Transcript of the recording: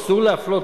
אסור להפלות,